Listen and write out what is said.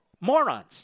morons